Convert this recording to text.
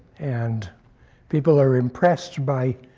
and people are impressed by